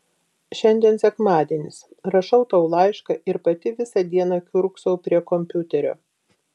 šiandien sekmadienis rašau tau laišką ir pati visą dieną kiurksau prie kompiuterio